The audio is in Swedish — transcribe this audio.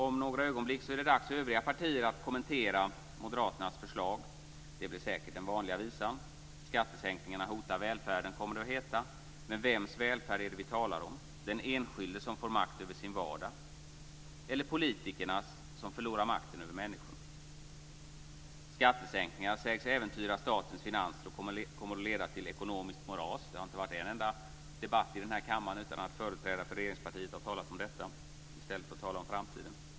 Om några ögonblick är det dags för övriga partier att kommentera moderaternas förslag. Det blir säkert den vanliga visan. Skattesänkningarna hotar välfärden, kommer det att heta. Men vems välfärd är det vi talar om - den enskildes, som får makt över sin vardag, eller politikernas, som förlorar makten över människorna? Skattesänkningar sägs äventyra statens finanser och leda till ett ekonomiskt "moras". Det har inte varit en enda debatt i den här kammaren utan att företrädare för regeringspartiet har talat om detta, i stället för att tala om framtiden.